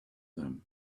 them